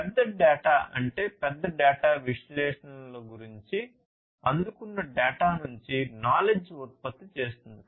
పెద్ద డేటా అంటే పెద్ద డేటా విశ్లేషణల గురించి అందుకున్న డేటా నుండి knowledge ఉత్పత్తి చేస్తుంది